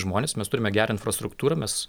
žmones mes turime gerą infrastruktūrą mes